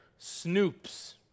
snoops